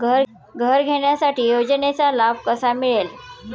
घर घेण्यासाठी योजनेचा लाभ कसा मिळेल?